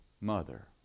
mother